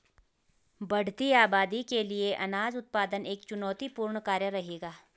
बढ़ती आबादी के लिए अनाज उत्पादन एक चुनौतीपूर्ण कार्य रहेगा